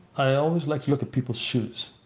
i always like to look at people's shoes.